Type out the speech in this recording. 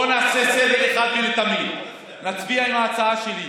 בואו נעשה סדר אחת ולתמיד ונצביע על ההצעה שלי.